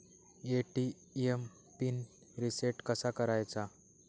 ATM PIN reset कसा करायचा?